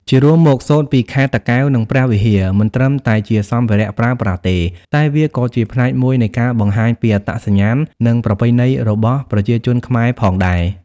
ជារួមមក សូត្រពីខេត្តតាកែវ និងព្រះវិហារ មិនត្រឹមតែជាសម្ភារៈប្រើប្រាស់ទេ តែវាក៏ជាផ្នែកមួយនៃការបង្ហាញពីអត្តសញ្ញាណ និងប្រពៃណីរបស់ប្រជាជនខ្មែរផងដែរ។